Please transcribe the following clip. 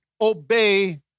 obey